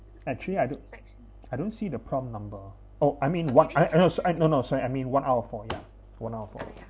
actually I d~ I don't see the prompt number oh I mean what I I know no no no sorry I mean one out of four ya one out of four